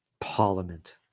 parliament